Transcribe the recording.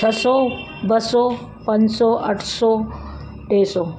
छह सौ ॿ सौ पंज सौ अठ सौ टे सौ